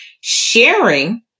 sharing